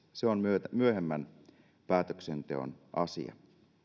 se on myöhemmän päätöksenteon asia